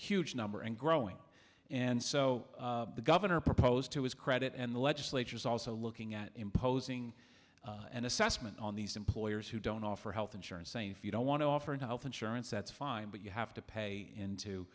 huge number and growing and so the governor proposed to his credit and the legislature is also looking at imposing an assessment on these employers who don't offer health insurance saying if you don't want to offer in health insurance that's fine but you have to pay into